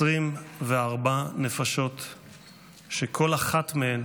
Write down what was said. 24 נפשות שכל אחת מהן